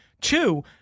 Two